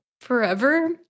forever